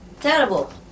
Terrible